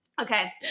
Okay